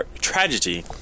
tragedy